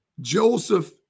Joseph